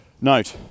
Note